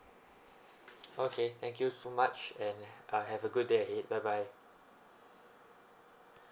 okay thank you so much and uh have a good day ahead bye bye